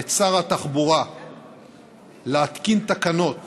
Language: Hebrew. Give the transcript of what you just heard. את שר התחבורה להתקין תקנות